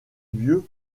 vieux